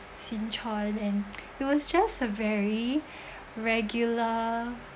sinchon and it was just a very regular